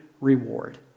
reward